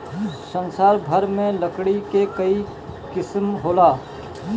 संसार भर में लकड़ी के कई किसिम होला